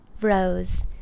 Rose